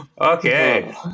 okay